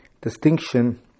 distinction